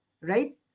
right